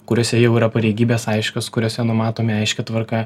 kuriose jau yra pareigybės aiškios kuriose numatomi aiški tvarka